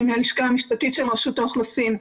אני מהלשכה המשפטית של רשות האוכלוסין.